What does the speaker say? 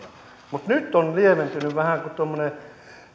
mutta nyt on lieventynyt vähän kun tuommoinen